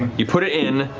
you put it in,